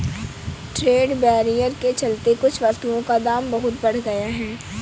trade barrier के चलते कुछ वस्तुओं का दाम बहुत बढ़ गया है